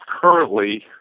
currently